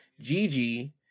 Gigi